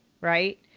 right